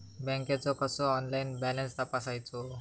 बँकेचो कसो online balance तपासायचो?